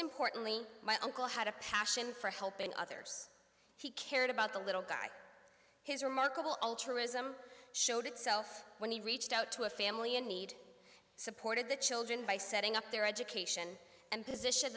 importantly my uncle had a passion for helping others he cared about the little guy his remarkable all tourism showed itself when he reached out to a family in need supported the children by setting up their education and position